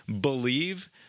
believe